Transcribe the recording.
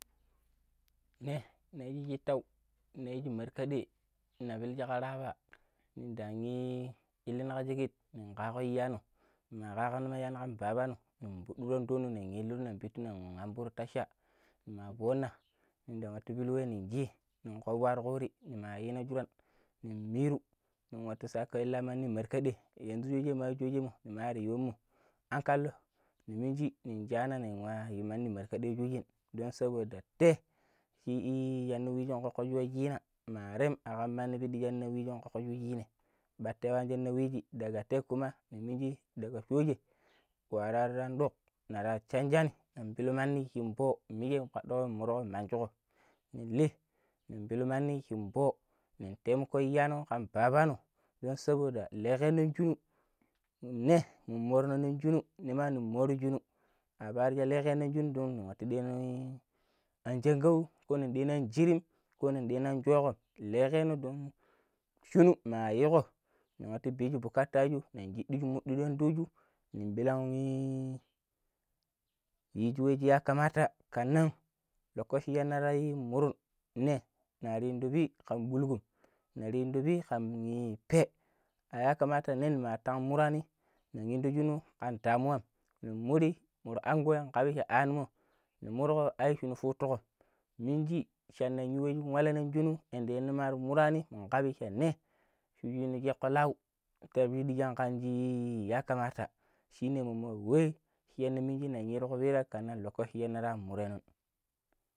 ﻿ne neyiji shitau na yiji markadai na pilgi ka raba ndan ii ilina ka shaget nin kago iyano ni kagina ma iyano kamma babano nin fiduru andono nin iliru nin pitu nin amburu tasha nima foona nindan wattu pilu wa nin shi nin kobo haru kurri nima yinan shuran nin miru nin watu ila mani markadai yanzu shoje ma shooje mar yun mo hankalno ni minji nin shana nin wa yu mani markadai shojen don saboda da tee shee shana wishin kokko chu washina. ma rem akkam mani pidi shina wishin kokko shu washinaim batte wan shana wishi daga tee kuma ni minji daga shooje wa ra rere an dok nara changani nin pilu nani shin foi mije kwadugo murgo manjugo nin lee nin pilu mani shin foi nin temiko iyano kan babano don saboda legenonin shunu ne mun morino nin shunu nima nin moro shunu ma paro she legeno nin shinu don nin atu diano iii anshaugo ko nin ɗiano an giri ko nin ɗiano an shokko legeno don shunu ma yigo nin watu bishu bukata shu nin shidigi mudi ti and shu nin ɓillan yiji wai shi yakamata kanan lokachi shanar murun nee nar indi pee kan. bulgum nar indo pee kan kpee a yakamata ne nimatan murani nan yindo shunum kan damuwan nin muri mur anguwai n kabi sha animo ni murgo i shunu futugo minji shanan yu wa shin wall nin shunu yanda shanar murani mun kabi sha ne shje ni sheeko lau ta pidiji kanji yakamata shi ne momo wai shi yanda minji ni yi ra kupira. canan lokochi shanara mureno.